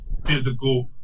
physical